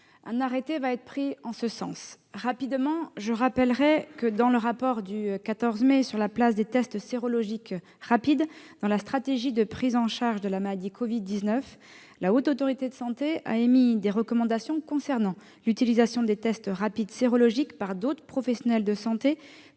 Un arrêté va être prochainement pris en ce sens. Je rappelle que, dans le rapport du 14 mai sur la place des tests sérologiques rapides dans la stratégie de prise en charge du Covid-19, la Haute Autorité de santé a émis des recommandations concernant l'utilisation de ces tests par d'autres professionnels de santé